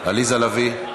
עליזה לביא,